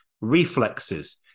reflexes